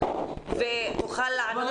ותוכל לענות.